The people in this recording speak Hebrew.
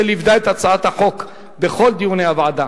שליוותה את הצעת החוק בכל דיוני הוועדה.